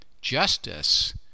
Justice